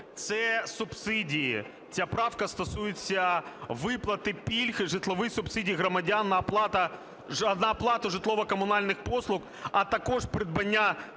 це субсидії, ця правка стосується виплати пільг, житлових субсидій громадян на оплату житлово-комунальних послуг, а також придбання